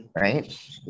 right